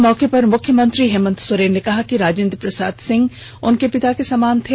इस मौके पर मुख्यमंत्री हेमंत सोरेन ने कहा कि राजेंद्र प्रसाद सिंह उनके पिता के समान थे